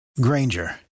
granger